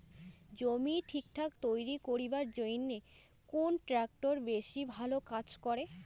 জমি ঠিকঠাক তৈরি করিবার জইন্যে কুন ট্রাক্টর বেশি ভালো কাজ করে?